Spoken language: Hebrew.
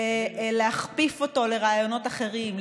להכפיף אותו לרעיונות אחרים,